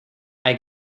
hay